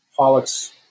Pollock's